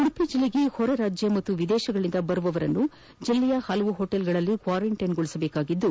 ಉಡುಪಿ ಜಿಲ್ಲೆಗೆ ಹೊರ ರಾಜ್ಯ ಹಾಗೂ ವಿದೇಶಗಳಿಂದ ಬರುವವರನ್ನು ಜಿಲ್ಲೆಯ ವಿವಿಧ ಹೋಟೆಲ್ಗಳಲ್ಲಿ ಕ್ವಾರಂಟೈನ್ಗೊಳಿಸಬೇಕಿದ್ದು